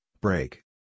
break